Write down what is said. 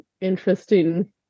interesting